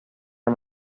año